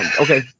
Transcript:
Okay